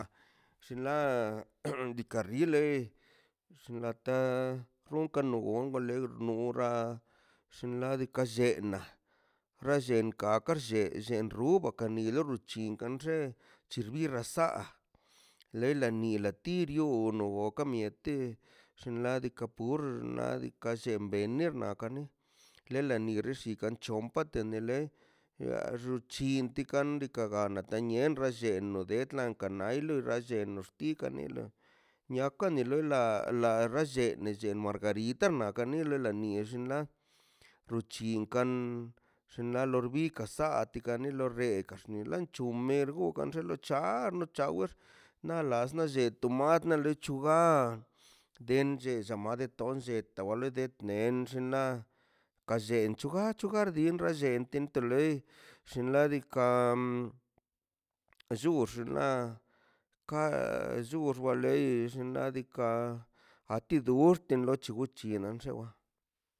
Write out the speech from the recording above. Xinla diikaꞌ rile xinlata onka la gonkole lornola xinladika shllena ler llienkaka le llien llen rubaka karnielo rachin kan xe chixbira sa len lanila turio ruuno la kamieti xinladika pur xnaꞌ diikaꞌ llenbeno nakanne lenani rikanchoom pakate le lo xuchinte karnika ran nale nien rallendo karnoilo rallel noxtikanel niaka nia loila la ralle illel margarita na tanie la niexe la ruchin kan xinla norbi gasatika ne lo rekan ni la chu ta regan de lorgc̱ha ar no chawer na las na lletum madle chuga den de llella ma onllet de lo ma net den ka lle chuga chuga llento to loi xinladikan llull rla ka llull warlei xull ladika a ti duxtin wichi wichin la xewa